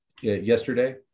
Yesterday